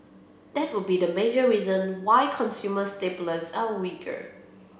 that would be the major reason why consumer are weaker